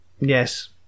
yes